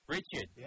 Richard